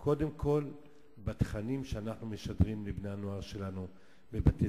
קודם כול בתכנים שאנחנו משדרים לבני הנוער שלנו בבתי-ספר,